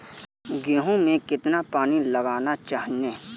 गेहूँ में कितना पानी लगाना चाहिए?